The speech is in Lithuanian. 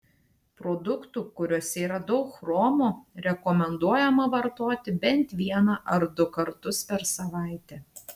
produktų kuriuose yra daug chromo rekomenduojama vartoti bent vieną ar du kartus per savaitę